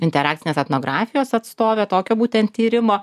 interakcinės etnografijos atstovė tokio būtent tyrimo